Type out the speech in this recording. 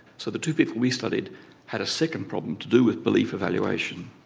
so the two people we studied had a second problem to do with belief evaluation,